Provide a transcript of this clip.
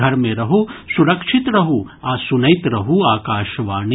घर मे रहू सुरक्षित रहू आ सुनैत रहू आकाशवाणी